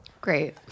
Great